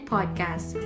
Podcast